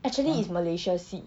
actually is malaysia 戏